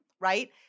Right